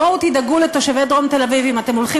בואו תדאגו לתושבי דרום תל-אביב אם אתם הולכים